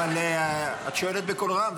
אבל את שואלת בקול רם,